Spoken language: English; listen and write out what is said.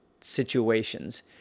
situations